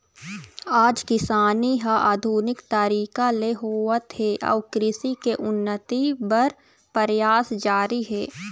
आज किसानी ह आधुनिक तरीका ले होवत हे अउ कृषि के उन्नति बर परयास जारी हे